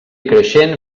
creixent